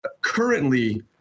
Currently